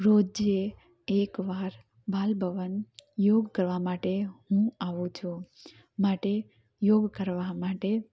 રોજે એક વાર બાલભવન યોગ કરવા માટે હું આવું છું માટે યોગ કરવા માટે